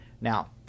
Now